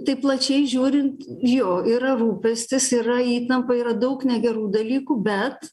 taip plačiai žiūrint jo yra rūpestis yra įtampa yra daug negerų dalykų bet